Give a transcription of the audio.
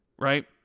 right